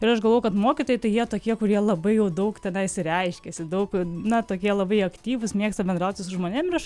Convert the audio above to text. ir aš galvoju kad mokytojai tai jie tokie kurie labai jau daug tenais reiškiasi daug na tokie labai aktyvūs mėgsta bendrauti su žmonėm ir aš